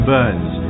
Burns